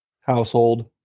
household